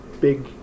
Big